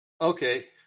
Okay